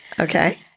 Okay